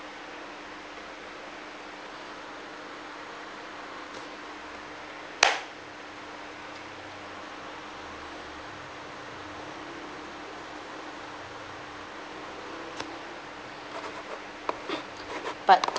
part